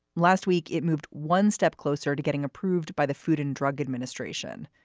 last week it moved one step closer to getting approved by the food and drug administration.